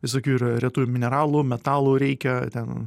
visokių ir retųjų mineralų metalų reikia ten